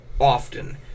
often